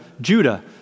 Judah